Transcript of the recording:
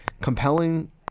compelling